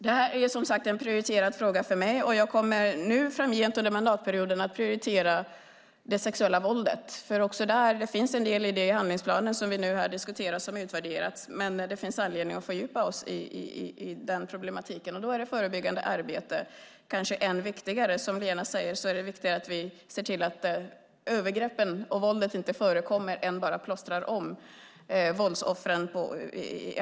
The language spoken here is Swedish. Det här är som sagt en prioriterad fråga för mig, och jag kommer framgent under mandatperioden att prioritera det sexuella våldet. Det finns en del i den handlingsplan som vi nu diskuterar som har utvärderats, men det finns anledning att fördjupa oss i den problematiken. Då är det förebyggande arbetet kanske än mer viktigt. Som Lena säger är det viktigare att se till att övergrepp och våld inte förekommer än att bara plåstra om våldoffren.